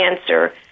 answer